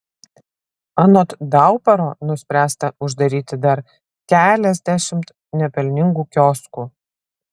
anot dauparo nuspręsta uždaryti dar keliasdešimt nepelningų kioskų